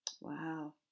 Wow